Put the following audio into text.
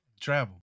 Travel